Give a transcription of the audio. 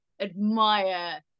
admire